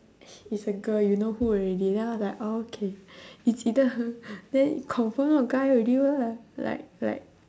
he it's a girl you know who already then I am like orh okay it's either her then confirm not a guy already lah like like